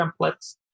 templates